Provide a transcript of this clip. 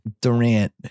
Durant